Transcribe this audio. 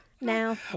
now